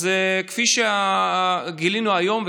אז גילינו היום,